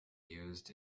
used